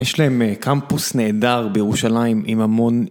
‫יש להם קמפוס נהדר בירושלים ‫עם המון...